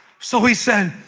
so he said,